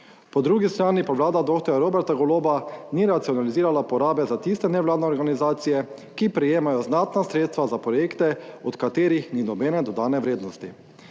Po drugi strani pa vlada dr. Roberta Goloba ni racionalizirala porabe za tiste nevladne organizacije, ki prejemajo znatna sredstva za projekte, od katerih ni nobene dodane vrednosti.